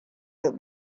that